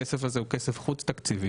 הכסף הזה הוא כסף חוץ תקציבי,